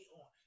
on